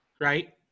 Right